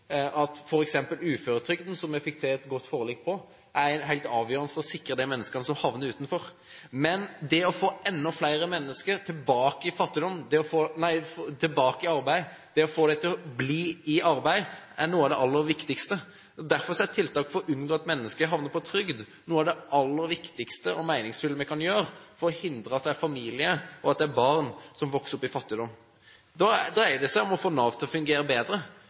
at f.eks. uføretrygden – som vi fikk til et godt forlik om – er helt avgjørende for å sikre de menneskene som havner utenfor. Men det å få enda flere mennesker tilbake i arbeid og få dem til å bli i arbeidet er noe av det aller viktigste. Derfor er tiltak for å unngå at mennesker havner på trygd noe av det aller viktigste og mest meningsfulle vi kan gjøre for å hindre at barn vokser opp i familier med fattigdom. Det dreier seg om å få Nav til å fungere bedre,